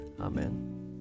Amen